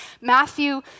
Matthew